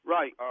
Right